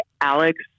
Alex